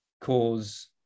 cause